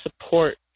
support